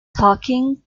talking